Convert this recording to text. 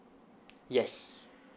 yes